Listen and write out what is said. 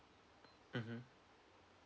mmhmm